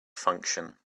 function